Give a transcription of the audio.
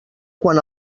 quan